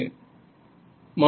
Refer Time 0215